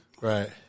Right